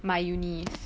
my uni